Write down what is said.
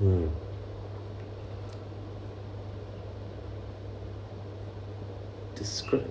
mm describe